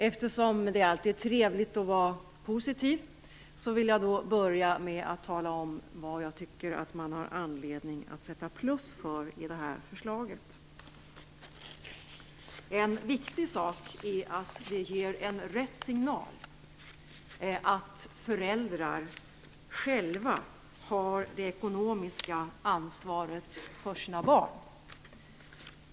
Eftersom det alltid är trevligt att vara positiv vill jag börja med att tala om var jag tycker att man har anledning att sätta plus. En viktig sak är att det ger rätt signal om att föräldrarna själva har det ekonomiska ansvaret för sina barn.